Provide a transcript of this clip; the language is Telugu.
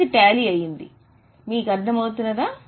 ఇది సమం అయింది మీకు అర్థం అవుతుందా